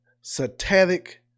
satanic